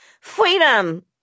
Freedom